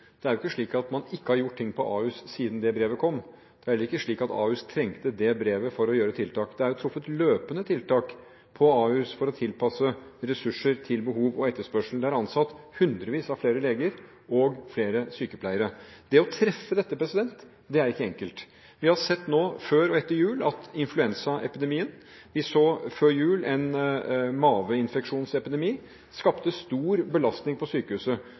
Det er jo ikke slik at man ikke har gjort ting på Ahus siden det brevet kom. Det er heller ikke slik at Ahus trengte det brevet for å gjøre tiltak. Det er satt i verk løpende tiltak på Ahus for å tilpasse ressurser til behov og etterspørsel. Det er ansatt hundrevis av flere leger og flere sykepleiere. Det å treffe dette er ikke enkelt. Vi har hatt før og etter jul en influensaepidemi, og vi hadde før jul en mageinfeksjonsepidemi, som begge skapte en stor belastning for sykehuset.